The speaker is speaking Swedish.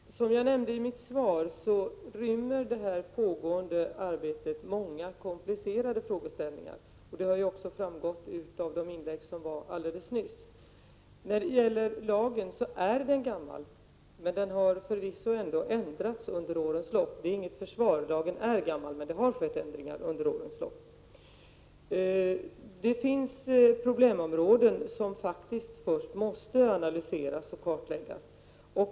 Herr talman! Som jag nämnde i mitt svar rymmer det pågående arbetet många komplicerade frågor, och detta har också framgått av inläggen alldeles nyss. När det gäller lagen så är den gammal, men den har förvisso ändå ändrats under årens lopp. Detta är inget försvar från min sida; lagen är gammal, men det har genomförts ändringar i den under årens lopp. Det finns problemområden som faktiskt först måste analyseras och kartläggas.